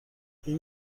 این